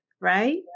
right